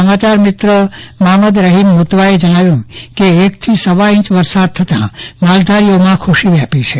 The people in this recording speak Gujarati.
સમાચાર મિત્ર મામદ રહીમ મુતવાએ જણાવ્યું કે એક થી સવા ઇંચ વરસાદ થતાં માલધારીઓમાં ખુશી વ્યાપી છે